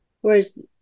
whereas